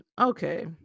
Okay